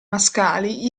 mascali